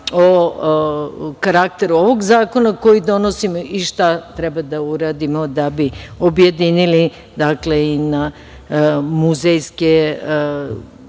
o karakteru ovog zakona koji donosimo i šta treba da uradimo da bi objedinili i na muzejske